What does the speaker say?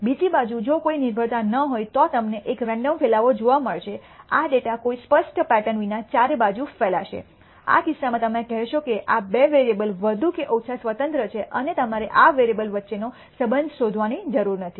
બીજી બાજુ જો કોઈ નિર્ભરતા ન હોય તો તમને એક રેન્ડમ ફેલાવો જોવા મળશે આ ડેટા કોઈ સ્પષ્ટ પેટર્ન વિના ચારે બાજુ ફેલાશે આ કિસ્સામાં તમે કહોશો કે આ બે વેરિયેબલ વધુ કે ઓછા સ્વતંત્ર છે અને તમારે આ વેરિયેબલ વચ્ચેનો સંબંધ શોધવાની જરૂર નથી